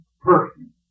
person